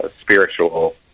spiritual